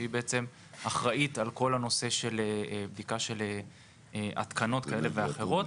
שהיא בעצם אחראית על כל הנושא של בדיקה של התקנות כאלה ואחרות.